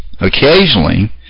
occasionally